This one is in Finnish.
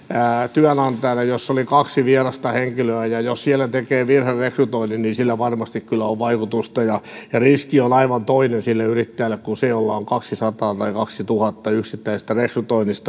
työnantajana jossa oli kaksi vierasta henkilöä ja jos siellä tekee virherekrytoinnin niin sillä varmasti kyllä on vaikutusta ja riski on aivan toinen sille yrittäjälle kuin sille jolla on kaksisataa tai kaksituhatta yksittäistä rekrytointia